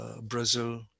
Brazil